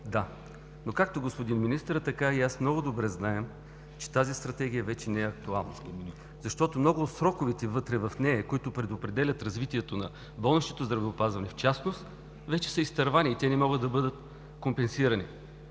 Да, но както господин министърът, така и аз много добре знаем, че тази Стратегия вече не е актуална, господин Министър, защото много от сроковете вътре в нея, които предопределят развитието на болничното здравеопазване в частност, вече са изтървани и те не могат да бъдат компенсирани.